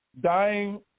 Dying